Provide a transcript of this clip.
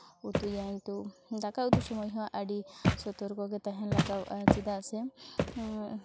ᱩᱛᱩᱭᱟᱹᱧ ᱩᱛᱩ ᱫᱟᱠᱟ ᱩᱛᱩ ᱥᱚᱢᱚᱭ ᱦᱚᱸ ᱟᱹᱰᱤ ᱥᱚᱛᱚᱨᱠᱚ ᱜᱮ ᱛᱟᱦᱮᱸ ᱞᱟᱜᱟᱣᱚᱜᱼᱟ ᱪᱮᱫᱟᱜ ᱥᱮ